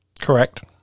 Correct